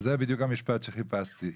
--- זה בדיוק המשפט שחיפשתי,